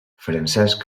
francesc